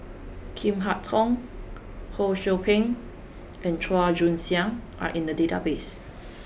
Chin Harn Tong Ho Sou Ping and Chua Joon Siang are in the database